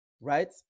Right